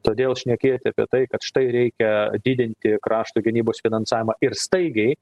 todėl šnekėti apie tai kad štai reikia didinti krašto gynybos finansavimą ir staigiai